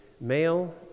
male